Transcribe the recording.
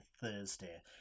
Thursday